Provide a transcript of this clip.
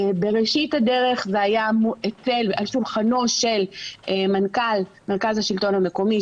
בראשית הדרך זה היה על שולחנו של מנכ"ל מרכז השלטון המקומי,